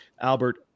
Albert